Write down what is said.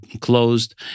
closed